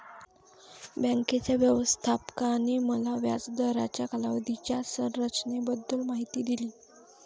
बँकेच्या व्यवस्थापकाने मला व्याज दराच्या कालावधीच्या संरचनेबद्दल माहिती दिली